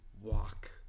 walk